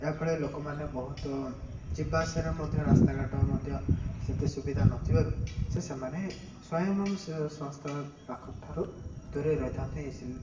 ଏହାଫଳରେ ଲୋକମାନେ ବହୁତ ଯିବା ଆସିବାରେ ମଧ୍ୟ ରାସ୍ତାଘାଟ ମଧ୍ୟ ସେତେ ସୁବିଧା ନଥିବାରୁ ସେ ସେମାନେ ସ୍ଵୟଂ ସଂସ୍ଥା ପାଖ ଠାରୁ ଦୂରେଇ ରହିଥାନ୍ତି